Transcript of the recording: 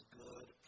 good